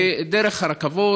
דרך הרכבות,